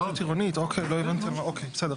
אוקיי, בסדר.